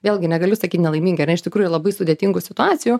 vėlgi negaliu sakyt nelaimingi ar ne iš tikrųjų labai sudėtingų situacijų